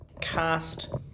cast